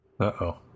uh-oh